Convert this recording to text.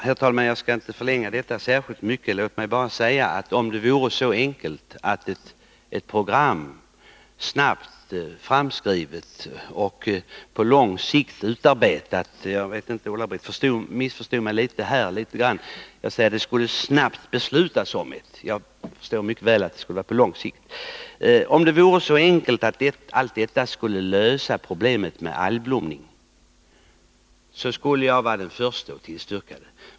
Herr talman! Jag skall inte förlänga denna debatt särskilt mycket. Det gäller här ett program snabbt framskrivet och utarbetat för att verka på lång sikt. Jag tror att Ulla-Britt Åbark här missförstod mig litet grand— jag sade att det snabbt skulle fattas ett beslut, men jag förstår mycket väl att programmet skulle gälla på lång sikt. Om det vore så enkelt att det skulle lösa problemet med algblomningen, så skulle jag vara den första att tillstyrka det.